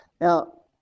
Now